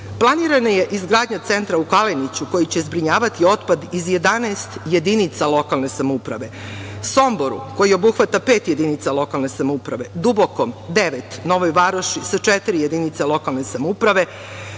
Srbiji. Planirana je izgradnja centra u Kaleniću koji će zbrinjavati otpad iz 11 jedinica lokalne samouprave, Somboru koji obuhvata pet jedinica lokalne samouprave, Dubokom devet, Novoj Varoši sa četiri jedinice lokalne samouprave.